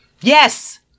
yes